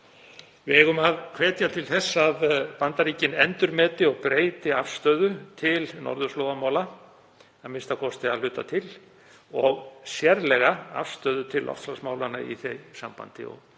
Við eigum að hvetja til þess að Bandaríkin endurmeti og breyti afstöðu til norðurslóðamála, a.m.k. að hluta til, og sérlega afstöðu til loftslagsmálanna í því sambandi.